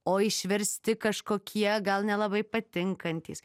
o išversti kažkokie gal nelabai patinkantys